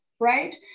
right